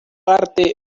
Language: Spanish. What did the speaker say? arte